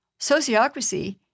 sociocracy